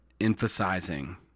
emphasizing